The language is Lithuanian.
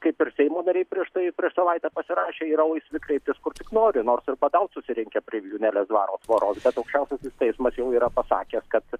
kaip ir seimo nariai prieš tai prieš savaitę pasirašę yra laisvi kreiptis kur nori nors ir badaut susirinkę prie vijūnėlės dvaro tvoros bet aukščiausiasis teismas jau yra pasakęs kad